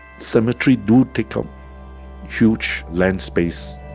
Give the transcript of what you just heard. cemetery do take up huge land space,